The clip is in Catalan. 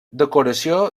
decoració